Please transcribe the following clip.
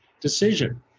decision